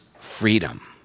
freedom